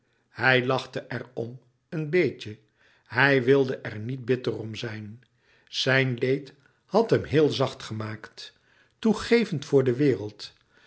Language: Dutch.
hij lachte er om een beetje hij wilde er niet bitter om zijn zijn leed had hem heel zacht gemaakt toegevend voor de wereld